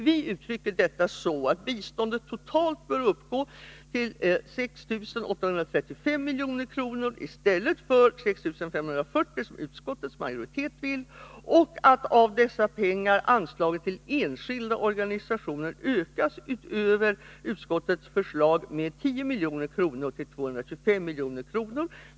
Vi uttrycker detta så att biståndet totalt bör uppgå till 6 835 milj.kr. i stället för 6 540, som utskottets majoritet vill, och att av dessa pengar anslaget till Enskilda organisationer ökas utöver utskottets förslag med 10 milj.kr. till 225 milj.kr.